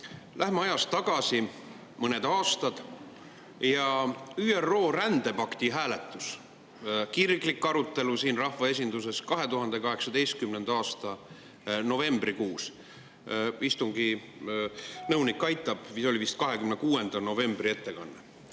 Läheme ajas mõned aastad tagasi. Oli ÜRO rändepakti hääletus, kirglik arutelu siin rahvaesinduses 2018. aasta novembrikuus. Istungi nõunik aitab, see oli vist 26. novembri ettekanne.